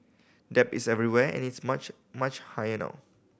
debt is everywhere and it's much much higher now